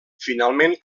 finalment